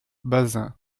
bazin